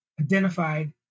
identified